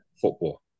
football